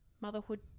motherhood